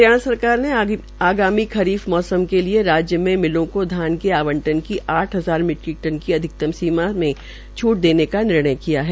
हरियाणा सरकार ने आगामी खरीफ मौसम के लिए राज्य में मिलों को धान के आंवटन की आठ हजार मीट्रिक टन से अधिकतम सीमा में छुट देने का निर्णय लिया है